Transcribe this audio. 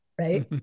right